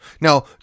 Now